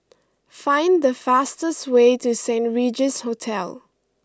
find the fastest way to Saint Regis Hotel